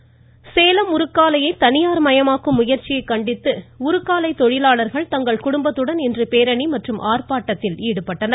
மமமமம ஆர்ப்பாட்டம் சேலம் உருக்காலையை தனியார்மயமாக்கும் முயற்சியைக் கண்டித்து உருக்காலை தொழிலாளர்கள் தங்கள் குடும்பத்துடன் இன்று பேரணி மற்றும் ஆர்ப்பாட்டத்தில் ஈடுபட்டனர்